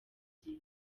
gihe